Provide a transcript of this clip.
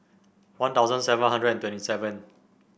One Thousand seven hundred and twenty seven